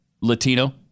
Latino